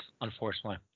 unfortunately